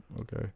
okay